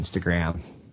Instagram